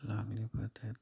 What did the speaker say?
ꯂꯥꯛꯂꯤꯕ ꯗꯦꯗ